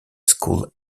school